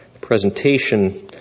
presentation